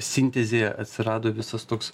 sintezėje atsirado visas toks